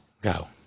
Go